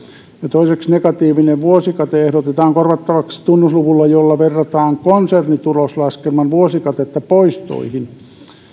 toiseksi negatiivinen vuosikate ehdotetaan korvattavaksi tunnusluvulla jolla verrataan konsernituloslaskelman vuosikatetta poistoihin